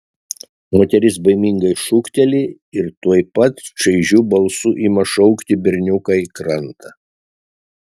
moteris baimingai šūkteli ir tuoj pat šaižiu balsu ima šaukti berniuką į krantą